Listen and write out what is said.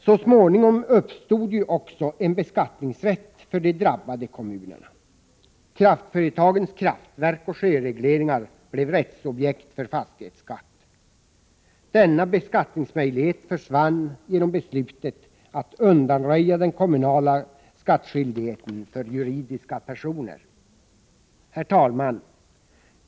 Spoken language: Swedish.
Så småningom uppstod ju också en beskattningsrätt för de drabbade kommunerna. Kraftföretagens kraftverk och sjöregleringar blev rättsobjekt för fastighetsskatt. Denna beskattningsmöjlighet försvann genom beslutet att undanröja den kommunala skattskyldigheten för juridiska personer. Herr talman!